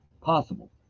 possible